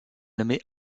nommé